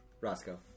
Roscoe